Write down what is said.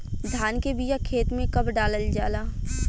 धान के बिया खेत में कब डालल जाला?